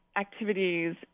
activities